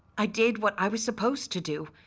i did what i was supposed to do,